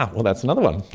ah well, that's another one.